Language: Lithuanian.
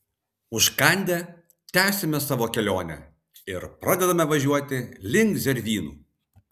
užkandę tęsiame savo kelionę ir pradedame važiuoti link zervynų